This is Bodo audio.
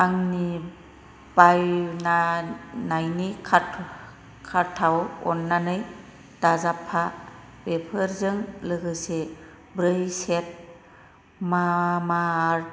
आंनि बायनायनि कार्टआव अन्नानै दाजाबफा बेफोरजों लोगोसे ब्रै सेट मामाआर्थ